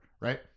right